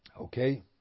Okay